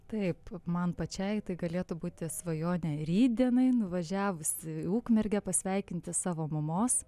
taip man pačiai tai galėtų būti svajonė rytdienai nuvažiavusi į ukmergę pasveikinti savo mamos